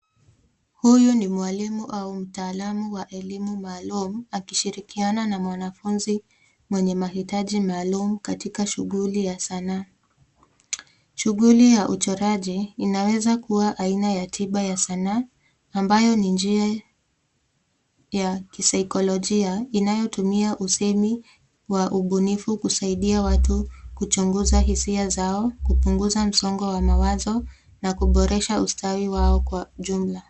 Huyu ni mwalimu au mtaalamu wa elimu maalum akishirikiana na mwanafunzi mwenye mahitaji maalum katika shughuli ya sanaa. Shughuli ya uchoraji inaweza kuwa aina ya tiba ya sanaa ambayo ni njia ya kisaikolojia inayotumia usemi wa ubunifu kusaidia watu kuchunguza hisia zao kupunguza msongo wa mawazo na kuboresha ustawi wao kwa jumla.